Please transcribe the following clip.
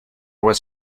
was